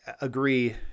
agree